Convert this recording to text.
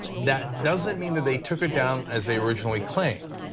that doesn't mean that they took it down, as they originally claimed.